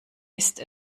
ist